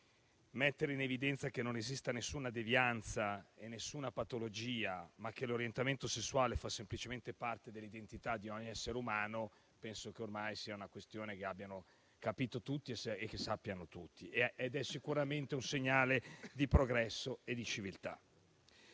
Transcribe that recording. mettere in evidenza che non esistono nessuna devianza e nessuna patologia, ma che l'orientamento sessuale fa semplicemente parte dell'identità di ogni essere umano penso che ormai sia una questione che hanno capito e sanno tutti, ed è sicuramente un segnale di progresso e di civiltà.